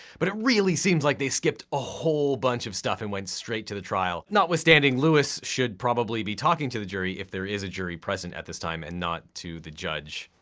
but it really seems like they skipped a whole bunch of stuff and went straight to the trial. notwithstanding, louis should probably be talking to the jury, if there is a jury present at this time, and not to the judge.